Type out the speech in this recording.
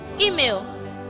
Email